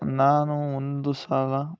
ನಾನು ಒಂದು ಸಲ